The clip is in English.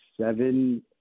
seven